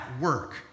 work